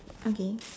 okay